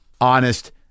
honest